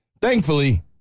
Thankfully